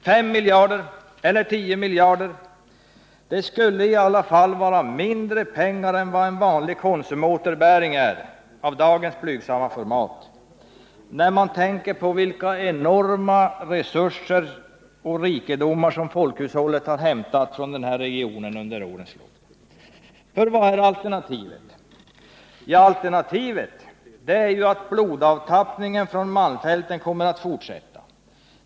5 miljarder, eller 10 miljarder — det skulle i alla fall vara mindre än en vanlig Konsumåterbäring av dagens blygsamma format, när man tänker på vilka enorma resurser och rikedomar folkhushållet har hämtat från denna region under årens lopp. För vad är alternativet? Jo, det är att blodavtappningen från malmfälten kommer att fortsätta.